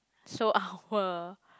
so our